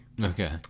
Okay